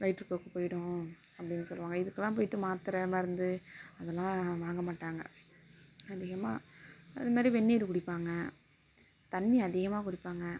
வயிற்றுப்போக்கு போய்டும் அப்படினு சொல்லுவாங்கள் இதுக்கெலாம் போய்ட்டு மாத்தரை மருந்து அதெலாம் வாங்க மாட்டாங்கள் அதிகமாக அதமாரி வெந்நீர் குடிப்பாங்கள் தண்ணி அதிகமாக குடிப்பாங்கள்